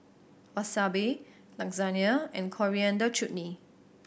Wasabi Lasagne and Coriander Chutney